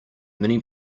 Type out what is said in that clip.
many